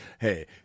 hey